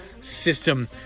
system